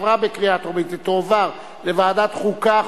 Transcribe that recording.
התקבלה בקריאה טרומית ותועבר לוועדת חוקה,